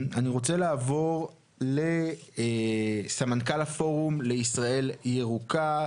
אני רוצה לעבור לסמנכ"ל הפורום לישראל ירוקה,